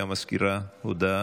שבעה בעד,